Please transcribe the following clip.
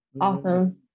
awesome